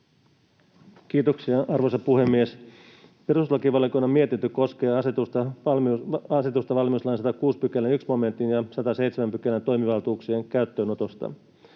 Kiitoksia, arvoisa puhemies! Perustuslakivaliokunnan mietintö koskee asetusta valmiuslain 106 §:n 1 momentin ja 107 §:n toimivaltuuksien käyttöönotosta.